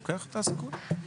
טוב.